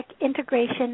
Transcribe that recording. integration